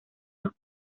las